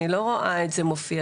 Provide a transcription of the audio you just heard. אני לא רואה את זה מופיע,